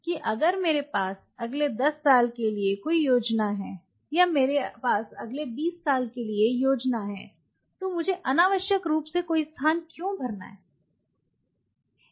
कि अगर मेरे पास अगले 10 साल के लिए कोई योजना है या मेरे पास अगले 20 साल के लिए योजना है तो मुझे अनावश्यक रूप से कोई स्थान क्यों भरना चाहिए